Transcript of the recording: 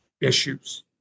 issues